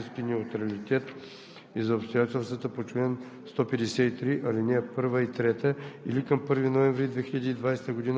не подпишат клетвен лист по чл. 146, ал. 2, не подадат декларации за политически неутралитет и за обстоятелствата по чл. 153, ал. 1 и 3 или към 1 ноември 2020